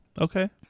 Okay